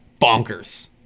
bonkers